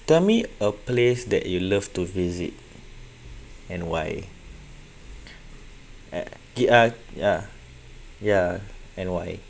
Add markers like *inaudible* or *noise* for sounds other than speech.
tell me a place that you love to visit and why *noise* the ah yeah yeah and why